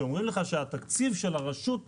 כשאומרים לך שהתקציב של הרלב"ד